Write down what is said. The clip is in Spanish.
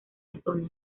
zona